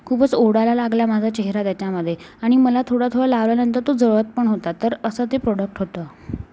खूपच ओढायला लागला माझा चेहरा त्याच्यामध्ये आणि मला थोडा थोडा लावल्यानंतर तो जळत पण होता तर असं ते प्रोडक्ट होतं